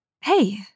Hey